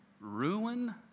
ruin